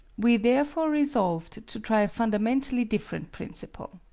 we therefore resolved to try a fundamentally different principle.